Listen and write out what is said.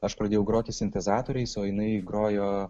aš pradėjau groti sintezatoriais o jinai grojo